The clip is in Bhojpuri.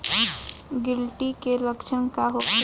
गिलटी के लक्षण का होखे?